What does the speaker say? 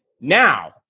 Now